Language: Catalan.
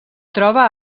troba